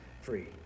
free